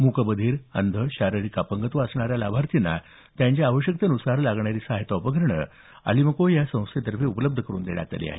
मूक बधीर अंध शारीरिक अपंगत्व असणाऱ्या लाभार्थ्यांना त्यांच्या आवश्यकतेन्सार लागणारी सहायता उपकरणं अलिमको या संस्थेतर्फे उपलब्ध करून देण्यात आली आहेत